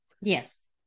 Yes